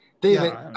David